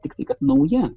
tiktai kad nauja